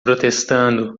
protestando